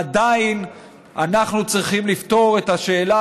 עדיין אנחנו צריכים לפתור את השאלה